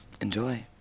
Enjoy